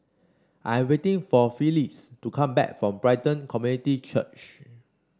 I'm waiting for Phylis to come back from Brighton Community Church